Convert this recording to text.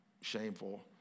shameful